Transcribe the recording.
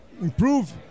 improve